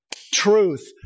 truth